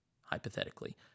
hypothetically